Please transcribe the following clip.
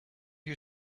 you